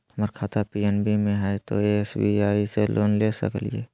हमर खाता पी.एन.बी मे हय, तो एस.बी.आई से लोन ले सकलिए?